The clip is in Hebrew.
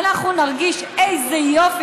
ואנחנו נרגיש: איזה יופי,